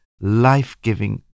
life-giving